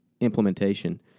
implementation